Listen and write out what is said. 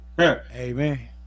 amen